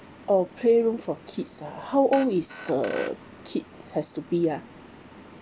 or playroom for kids ah how old is the kid has to be ya